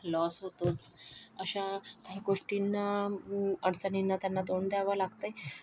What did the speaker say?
loss होतोच अशा काही गोष्टींना अडचणींना त्यांना तोंड द्यावं लागतं आहे